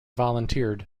volunteered